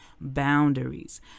boundaries